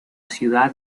ciudad